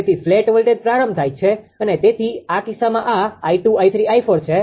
તેથી flat voltage પ્રારંભ થાય છે અને તેથી આ કિસ્સામાં આ 𝑖2 𝑖3 𝑖4 છે